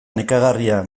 nekagarria